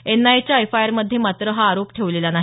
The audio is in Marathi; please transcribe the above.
एनआयएच्या एफआयआर मध्ये मात्र हा आरोप ठेवलेला नाही